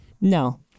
No